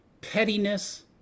pettiness